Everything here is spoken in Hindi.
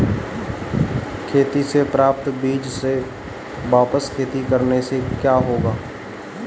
खेती से प्राप्त बीज से वापिस खेती करने से क्या होगा?